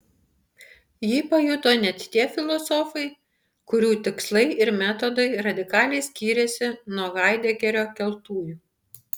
jį pajuto net tie filosofai kurių tikslai ir metodai radikaliai skiriasi nuo haidegerio keltųjų